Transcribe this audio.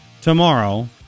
tomorrow